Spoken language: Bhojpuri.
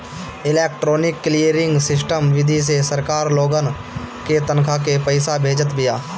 इलेक्ट्रोनिक क्लीयरिंग सिस्टम विधि से सरकार लोगन के तनखा के पईसा भेजत बिया